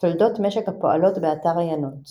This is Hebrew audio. תולדות משק הפועלות באתר עיינות